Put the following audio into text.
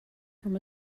from